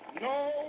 No